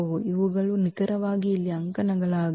ಇವುಗಳು ನಿಖರವಾಗಿ ಇಲ್ಲಿ ಅಂಕಣಗಳಾಗಿವೆ